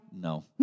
No